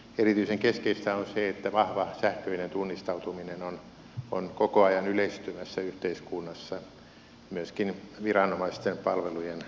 erityisen keskeistä on se että vahva sähköinen tunnistautuminen on koko ajan yleistymässä yhteiskunnassa myöskin viranomaisten palvelujen tarjonnassa